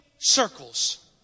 circles